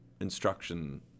instruction